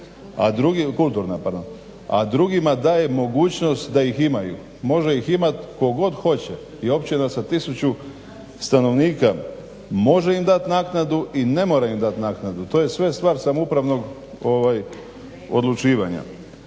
a drugima daje mogućnost da ih imaju. Može ih imat tko god hoće i općina sa tisuću stanovnika može im dat naknadu, to je sve stvar samoupravnog odlučivanja.